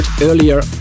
earlier